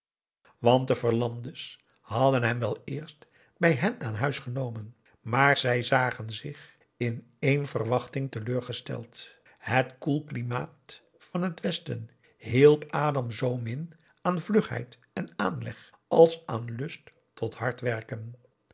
want de verlandes hadden hem wel eerst bij hen aan huis genomen maar zij zagen zich in één verwachting teleurgesteld het koel klimaat van het westen hielp adam zoo min aan vlugheid en aanleg als aan lust tot hard werken